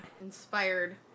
inspired